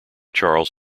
charles